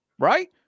Right